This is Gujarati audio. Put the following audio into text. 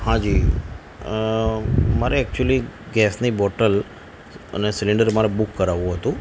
હાજી મારે એક્ચુલી ગેસની બોટલ અને સિલિન્ડર મારે બુક કરાવવું હતું